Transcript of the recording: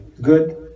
good